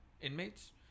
inmates